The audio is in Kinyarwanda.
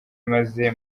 maze